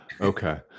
Okay